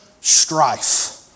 strife